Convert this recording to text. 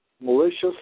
malicious